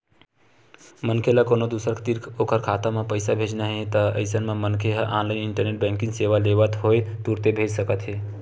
मनखे ल कोनो दूसर तीर ओखर खाता म पइसा भेजना हे अइसन म मनखे ह ऑनलाइन इंटरनेट बेंकिंग सेवा लेवत होय तुरते भेज सकत हे